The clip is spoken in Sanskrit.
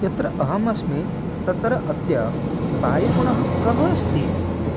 यत्र अहमस्मि तत्र अद्य वायुगुणः कः अस्ति